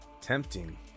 Tempting